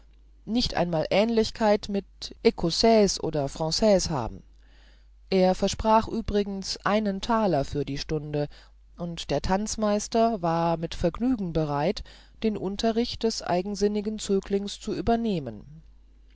nicht einmal ähnlichkeit mit ekossaise oder franaise habe er versprach übrigens einen taler für die stunde und der tanzmeister war mit vergnügen bereit den unterricht des eigensinnigen zöglings zu übernehmen